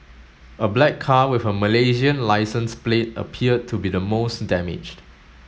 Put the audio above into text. a black car with a Malaysian licence plate appeared to be the most damaged